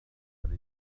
rich